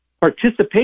participation